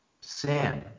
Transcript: Sam